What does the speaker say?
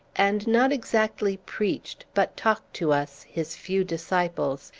and not exactly preached, but talked to us, his few disciples,